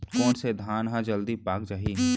कोन से धान ह जलदी पाक जाही?